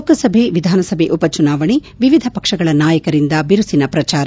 ಲೋಕಸಭೆ ವಿಧಾನ ಸಭೆ ಉಪ ಚುನಾಣೆ ವಿವಿಧ ಪಕ್ಷಗಳ ನಾಯಕರಿಂದ ಬಿರುಸಿನ ಪ್ರಜಾರ